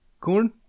corn